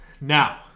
Now